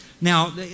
Now